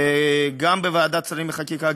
גם בוועדת שרים לחקיקה,